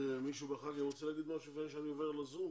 מישהו בחדר רוצה לומר משהו לפני שאני עובר לזום?